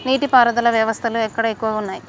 నీటి పారుదల వ్యవస్థలు ఎక్కడ ఎక్కువగా ఉన్నాయి?